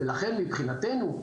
לכן מבחינתנו,